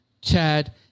Chad